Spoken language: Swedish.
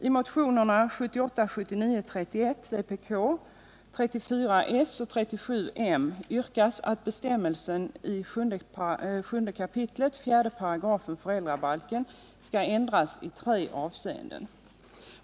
I motionerna 1978/79:31 , 34 och 37 yrkas att bestämmelsen i 7 kap. 4§ föräldrabalken skall ändras i tre avseenden.